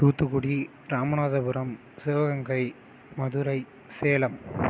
Thoothukudi Ramanathapuram Sivaganga Madurai Salem